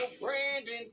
Brandon